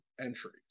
entries